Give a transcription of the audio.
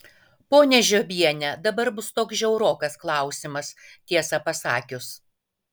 ponia žiobiene dabar bus toks žiaurokas klausimas tiesą pasakius